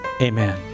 Amen